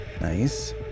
Nice